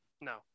No